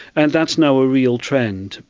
and that's now a real trend.